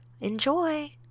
Enjoy